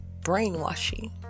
brainwashing